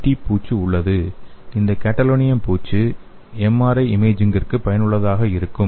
D gadolinium பூச்சு உள்ளது இந்த காடோலினியம் பூச்சு எம்ஆர்ஐ இமேஜிங்கிற்கு பயனுள்ளதாக இருக்கும்